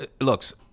looks